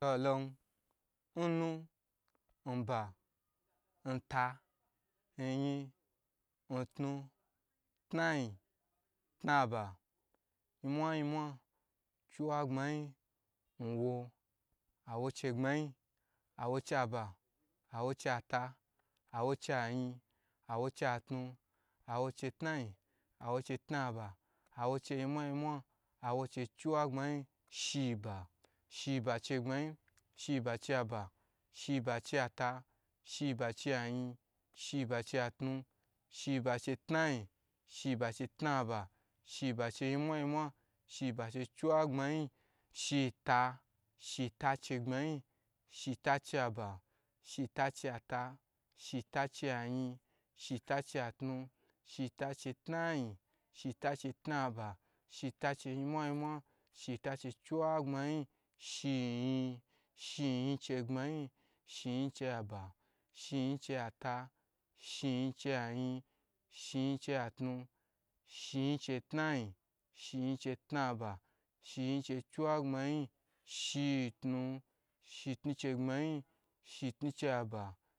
Nnu, nba, ntu nyin, ntnu, tnayin, tnaba, nyimwanyimwa, chiwagbmayin, nwo, awoche gbmayin awochei aba awo cheiala awo chei anyi awochei atnu awo cheitnayin awocheitnaba awochei nyimwa nyimwa awochei chiwa gbmayin shiba shibachegbayin sheba chei aba sheba chei ata sheba chei ayin shiba cheiatu shibaceitnayin shiba, cheitnaba shiba cheinyinmwa nyinmwa shiba chei chiwaghmayin shita shita, chei gbmayi shitacheiaba shita cheiata shita cheiayin shitacheiatnu shita, cheitnayin shita cheitnaba shitacheinyimwa nyim mwa shita chei, chiwagbayi shiyin shiyin chegbmayi shiyincheiaba shiyincheata shiyinchei ayin shiyin, cheitaayi shiyin cheitnaba shiyin cheinyinmwa nyinmwa, shiyinchei chiwagbayin